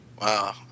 Wow